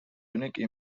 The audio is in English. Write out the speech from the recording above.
unique